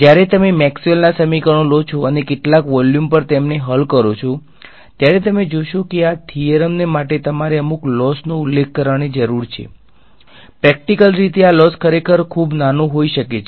જ્યારે તમે મેક્સવેલના સમીકરણો લો છો અને કેટલાક વોલ્યુમ પર તેમને હલ કરો છો ત્યારે તમે જોશો કે આ થીયરમને માટે તમારે અમુક લોસનો ઉલ્લેખ કરવાની જરૂર છે પ્રેક્ટીકલી રીતે આ લોસ ખરેખર ખૂબ નાનું હોઈ શકે છે